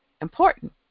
important